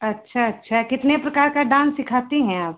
अच्छा अच्छा कितने प्रकार का डान्स सिखाती हैं आप